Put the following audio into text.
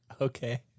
Okay